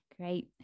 Great